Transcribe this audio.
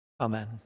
Amen